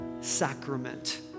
sacrament